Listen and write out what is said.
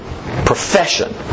profession